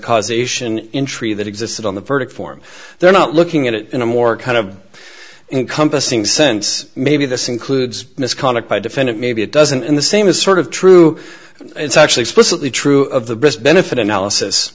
causation entry that existed on the verdict form they're not looking at it in a more kind of in compassing sense maybe this includes misconduct by defendant maybe it doesn't in the same is sort of true it's actually explicitly true of the best benefit analysis